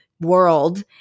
world